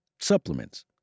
supplements